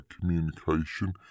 Communication